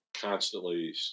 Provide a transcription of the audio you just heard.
constantly